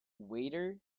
waiter